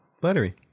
Buttery